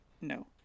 no